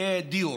לדיור.